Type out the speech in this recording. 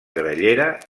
grallera